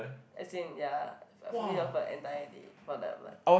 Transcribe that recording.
as in ya full fully off the entire day for that month